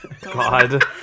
God